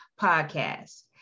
podcast